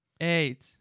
Eight